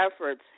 efforts